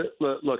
look